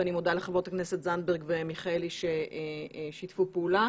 ואני מודה לחברת הכנסת זנדברג ומיכאלי ששיתפו פעולה.